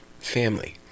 family